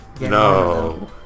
No